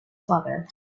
father